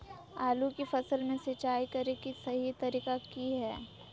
आलू की फसल में सिंचाई करें कि सही तरीका की हय?